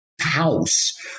house